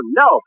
no